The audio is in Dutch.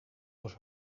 was